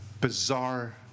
bizarre